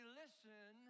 listen